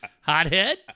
hothead